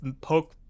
poke